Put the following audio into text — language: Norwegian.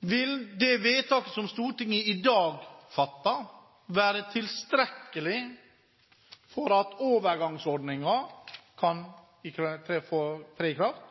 Vil det vedtaket som Stortinget i dag fatter, være tilstrekkelig for at overgangsordningen kan tre i kraft?